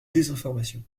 désinformation